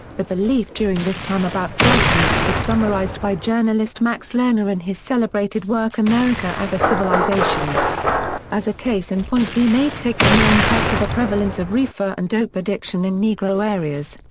the belief during this time about drug use was summarized by journalist max lerner in his celebrated work america as a civilization as a case in point we may take the known fact of the prevalence of reefer and dope addiction in negro areas.